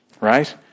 right